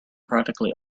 practically